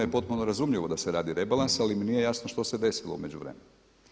Potpuno razumljivo da se radi rebalans, ali mi nije jasno što se desilo u međuvremenu.